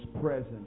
present